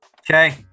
Okay